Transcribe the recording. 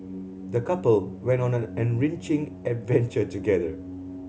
the couple went on an enriching adventure together